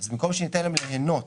אז במקום שניתן להם ליהנות